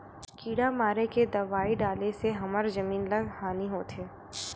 किड़ा मारे के दवाई डाले से हमर जमीन ल का हानि होथे?